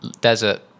desert